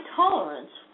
tolerance